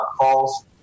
calls